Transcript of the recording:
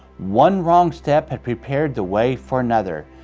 one wrong step had prepared the way for another,